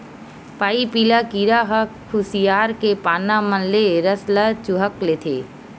पाइपिला कीरा ह खुसियार के पाना मन ले रस ल चूंहक लेथे